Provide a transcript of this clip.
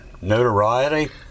notoriety